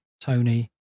Tony